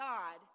God